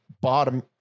bottom